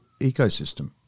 ecosystem